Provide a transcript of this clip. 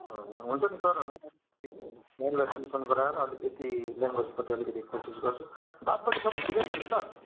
हजुर हुन्छ नि सर म उसलाई ट्युसन गराएर अलिकति ल्याङ्ग्वेजपट्टि अलिक कोसिस गर्छु बात बाँकी सबै ठिकै छ होइन सर